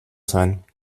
sein